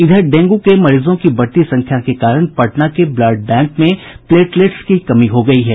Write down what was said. इधर डेंगू की मरीजों की बढ़ती संख्या के कारण पटना के ब्लड बैंक में प्लेटलेट्स की कमी हो गयी है